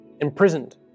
imprisoned